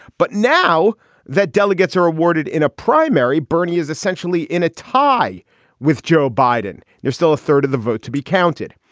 but now that delegates are awarded in a primary, bernie is essentially in a tie with joe biden. there's still a third of the vote to be counted.